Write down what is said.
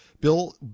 bill